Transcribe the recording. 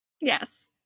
yes